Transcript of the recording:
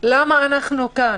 למה אנחנו כאן.